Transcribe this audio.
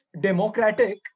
democratic